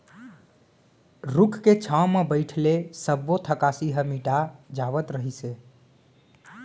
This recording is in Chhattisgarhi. रूख के छांव म बइठे ले सब्बो थकासी ह मिटा जावत रहिस हे